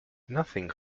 nothing